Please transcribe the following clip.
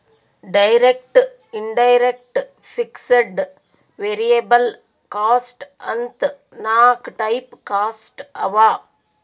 direct, indirect, fixed, variable cost ಅಂತ್ ನಾಕ್ type cost ಅವಾ